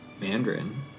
Mandarin